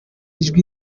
ijwi